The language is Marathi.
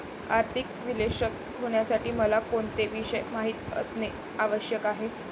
आर्थिक विश्लेषक होण्यासाठी मला कोणते विषय माहित असणे आवश्यक आहे?